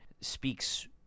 speaks